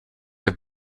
have